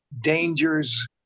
dangers